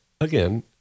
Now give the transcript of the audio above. again